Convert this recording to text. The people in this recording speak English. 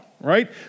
right